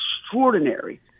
extraordinary